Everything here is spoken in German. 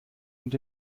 und